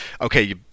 okay